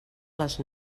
les